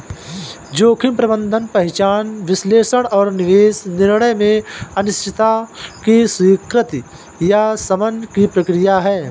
जोखिम प्रबंधन पहचान विश्लेषण और निवेश निर्णयों में अनिश्चितता की स्वीकृति या शमन की प्रक्रिया है